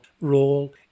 role